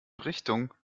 richtung